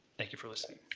thank you for listening.